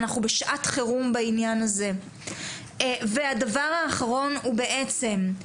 אנחנו בשעת חירום בעניין הזה והדבר האחרון הוא בעצם,